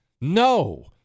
No